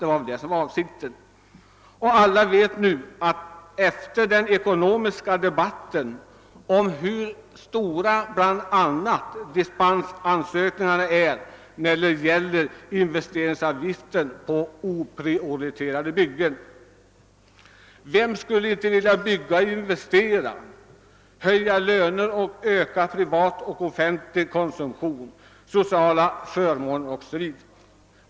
I den ekonomiska debatten fick vi höra, hur många ansökningar som har gjorts om dispens från investeringsavgiften på oprioriterade byggen. Vem skulle inte vilja bygga och investera, höja löner, öka både privat och offentlig konsumtion, förbättra sociala förmåner osv.?